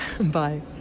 bye